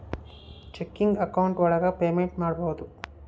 checking account ಒಳಗ payment ಮಾಡ್ಬೋದು